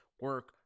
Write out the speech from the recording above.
Work